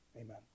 Amen